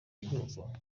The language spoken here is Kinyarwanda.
ubwenegihugu